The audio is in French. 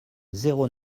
zéro